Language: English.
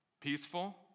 Peaceful